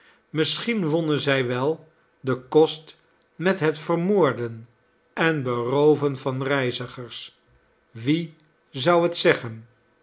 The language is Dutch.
misschien wonnen zij wel den kost met het vermoorden en berooveh van reizigers wie zou het zeggen